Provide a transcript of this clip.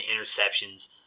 interceptions